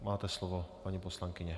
Máte slovo, paní poslankyně.